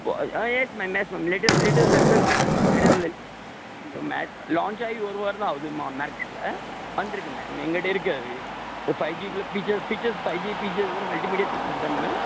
ஓ uh ah yes ma'am yes ma'am little little percent இருக்கு ma'am little may launch ஆயி ஒரு வாரம் தான் ஆகுது மார்க்கெட்டில் வந்துருக்கு மேம் எங்கள்ட்ட இருக்கு அது இப்போ ஃபைவ் ஜிக்கு உள்ள ஃபீச்சர்ஸ் ஃபீச்சர்ஸ் ஃபைவ் ஜி ஃபீச்சர்ஸில் மல்ட்டி மீடியா ஃபீச்சர்ஸ் தானே மேம்